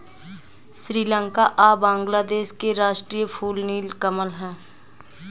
श्रीलंका आ बांग्लादेश के राष्ट्रीय फूल नील कमल ह